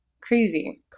crazy